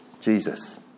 Jesus